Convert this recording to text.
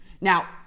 Now